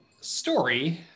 story